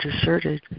deserted